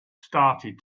started